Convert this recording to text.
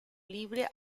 libre